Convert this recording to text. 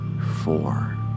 four